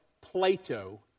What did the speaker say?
Plato